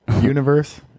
Universe